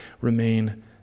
remain